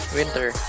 Winter